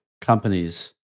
companies